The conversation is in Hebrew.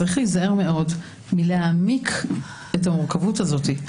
צריך להיזהר מאוד מלהעמיק את המורכבות הזאת.